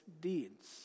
deeds